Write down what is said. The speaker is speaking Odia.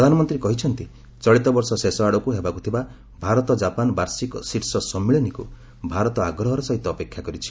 ପ୍ରଧାନମନ୍ତ୍ରୀ କହିଛନ୍ତି ଚଳିତବର୍ଷ ଶେଷଆଡ଼କୁ ହେବାକୁ ଥିବା ଭାରତ ଜାପାନ ବାର୍ଷିକ ଶୀର୍ଷ ସମ୍ମିଳନୀକୁ ଭାରତ ଆଗ୍ରହର ସହିତ ଅପେକ୍ଷା କରିଛି